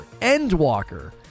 Endwalker